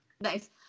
Nice